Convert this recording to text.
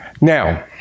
Now